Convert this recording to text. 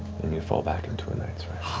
and you fall back into a night's